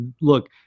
look